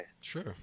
sure